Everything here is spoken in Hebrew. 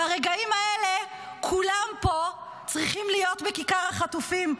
ברגעים האלה כולם פה צריכים להיות בכיכר החטופים,